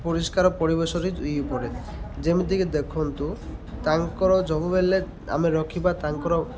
ପରିଷ୍କାର ପରିବେଶରେ ପଡ଼େ ଯେମିତିକି ଦେଖନ୍ତୁ ତାଙ୍କର ସବୁବେଳେ ଆମେ ରଖିବା ତାଙ୍କର